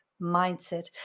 mindset